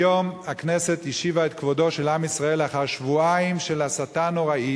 היום הכנסת השיבה את כבודו של עם ישראל לאחר שבועיים של הסתה נוראית,